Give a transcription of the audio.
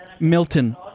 Milton